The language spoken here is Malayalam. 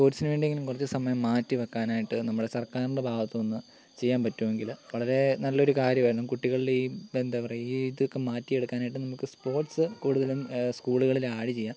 സ്പോർട്സിന് വേണ്ടിയെങ്കിലും കുറച്ച് സമയം മാറ്റിവെക്കാനായിട്ട് നമ്മുടെ സർക്കാറിൻ്റെ ഭാഗത്ത് നിന്ന് ചെയ്യാൻ പറ്റുമെങ്കിൽ വളരെ നല്ലൊരു കാര്യമായിരുന്നു കുട്ടികളിൽ ഈ എന്താ പറയാ ഈ ഇതൊക്കെ മാറ്റിയെടുക്കാനായിട്ട് നമുക്ക് സ്പോർട്സ് കൂടുതലും സ്കൂളുകളിൽ ആഡ് ചെയ്യാം